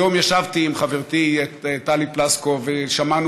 היום ישבתי עם חברתי טלי פלוסקוב ושמענו